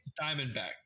Diamondback